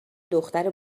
دختر